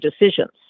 decisions